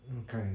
Okay